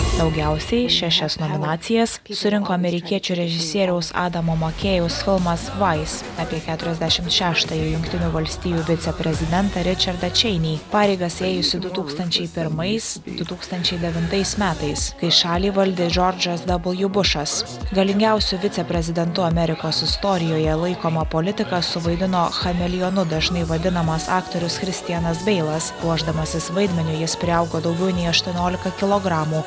daugiausiai šešias nominacijas surinko amerikiečių režisieriaus adamo makėjaus filmas vais apie keturiasdešim šeštąjį jungtinių valstijų viceprezidentą ričardą čeinį pareigas ėjusį du tūkstančiai pirmais du tūkstančiai devintais metais kai šalį valdė džordžas dabal ju bušas galingiausiu viceprezidentu amerikos istorijoje laikomą politiką suvaidino chameleonu dažnai vadinamas aktorius christianas beilas ruošdamasis vaidmeniui jis priaugo daugiau nei aštuoniolika kilogramų